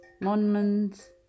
monuments